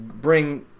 bring